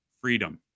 freedom